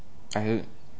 I ag~